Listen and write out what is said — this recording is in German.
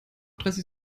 dreißig